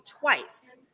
twice